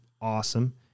awesome